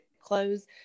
close